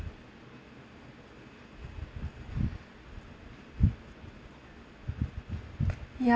ya